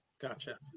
Gotcha